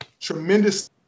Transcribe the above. tremendous